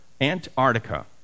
Antarctica